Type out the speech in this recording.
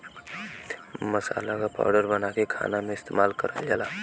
मसाला क पाउडर बनाके खाना में इस्तेमाल करल जाला